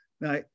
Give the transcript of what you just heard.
now